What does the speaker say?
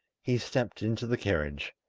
he stepped into the carriage,